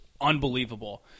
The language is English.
unbelievable